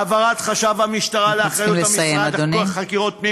העברת חשב המשטרה לאחריות המשרד לחקירות פנים,